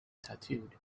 tattooed